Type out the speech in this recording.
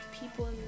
people